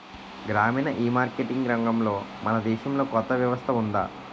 గ్రామీణ ఈమార్కెటింగ్ రంగంలో మన దేశంలో కొత్త వ్యవస్థ ఉందా?